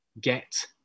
get